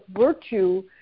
virtue